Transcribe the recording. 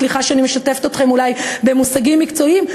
סליחה שאני משתפת אתכם אולי במושגים מקצועיים?